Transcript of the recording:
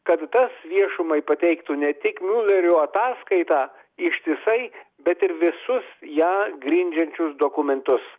kad tas viešumai pateiktų ne tik miulerių ataskaitą ištisai bet ir visus ją grindžiančius dokumentus